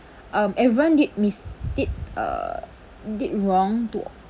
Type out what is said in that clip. um everyone did mis~ it uh did wrong to